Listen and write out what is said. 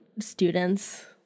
Students